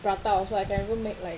prata also I can also make like